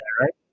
right